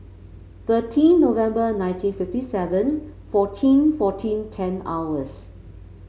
thirteen November nineteen fifty seven fourteen fourteen ten hours